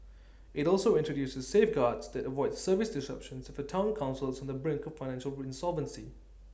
IT also introduces safeguards that avoid service disruptions if A Town Council is on the brink of financial insolvency